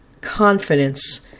confidence